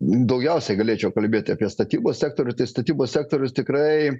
daugiausiai galėčiau kalbėti apie statybos sektorių tai statybos sektorius tikrai